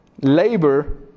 Labor